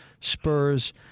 Spurs